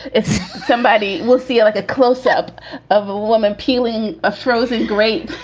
if somebody will feel like a close up of a woman peeling a frozen grape,